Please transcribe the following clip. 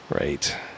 Right